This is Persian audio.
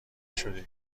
شدی